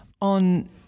on